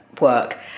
work